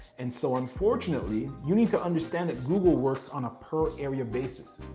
and so unfortunately you need to understand that google works on a per area basis.